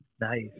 Nice